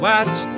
Watch